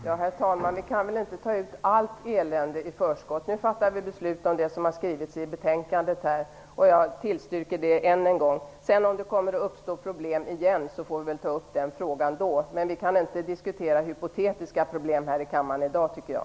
Herr talman! Vi kan inte ta ut allt elände i förskott. Nu fattar vi beslut om det som har skrivits i betänkandet, och jag tillstyrker det än en gång. Om det sedan uppstår problem igen får vi väl ta upp den frågan då. Jag tycker inte att vi kan diskutera hypotetiska problem här i kammaren i dag.